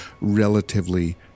relatively